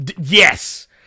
Yes